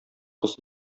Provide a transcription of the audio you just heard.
кыз